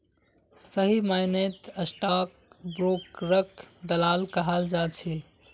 सही मायनेत स्टाक ब्रोकरक दलाल कहाल जा छे